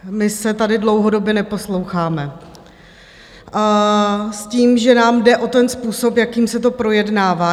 My se tady dlouhodobě neposloucháme s tím, že nám jde o ten způsob, jakým se to projednává.